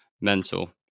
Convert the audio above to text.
mental